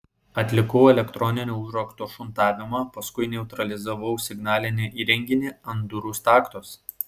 atlikau elektroninio užrakto šuntavimą paskui neutralizavau signalinį įrenginį ant durų staktos